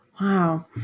Wow